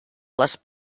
les